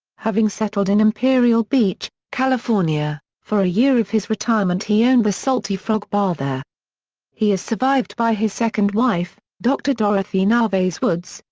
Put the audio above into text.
having settled in imperial beach, california, for a year of his retirement he owned the salty frog bar there he is survived by his second wife, dr. dorothy narvaez-woods,